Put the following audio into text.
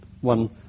one